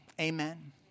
amen